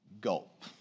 gulp